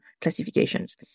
classifications